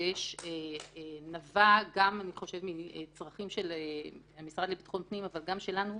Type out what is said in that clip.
חודש נבע גם אני חושבת מצרכים של המשרד לביטחון פנים אבל גם שלנו.